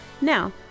Now